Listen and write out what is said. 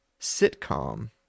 sitcom